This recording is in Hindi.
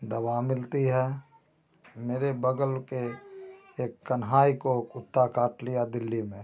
दवा मिलती है मेरे बगल के एक कनहाई को कुत्ता काट लिया दिल्ली में